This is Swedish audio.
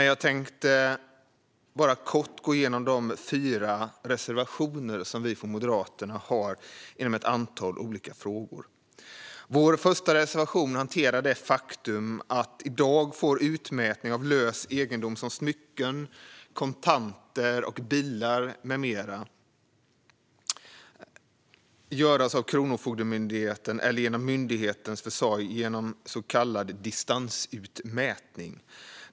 Jag tänkte kort gå igenom de fyra reservationer som vi från Moderaterna har inom ett antal olika frågor. Vår första reservation hanterar det faktum att utmätning av lös egendom som smycken, kontanter, bilar med mera i dag får göras av Kronofogdemyndigheten eller genom myndighetens försorg genom så kallad distansutmätning.